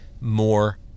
more